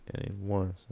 anymore